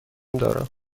دارم